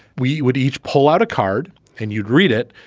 we would each pull out a card and you'd read it.